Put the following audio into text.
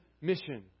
mission